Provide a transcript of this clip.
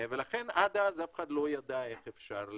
ועד אז אף אחד לא ידע איך אפשר לייצא.